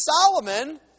Solomon